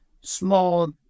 small